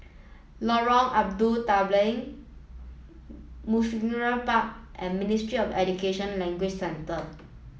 Lorong Abu Talib Mugliston Park and Ministry of Education Language Centre